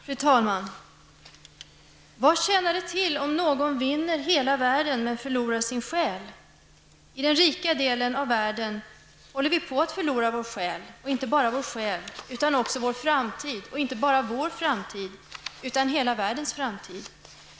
Fru talman! Vad tjänar det till om någon vinner hela världen men förlorar sin själ. I den rika delen av världen håller vi på att förlora vår själ och inte bara vår själ utan också vår framtid, och inte bara vår framtid utan hela världens framtid.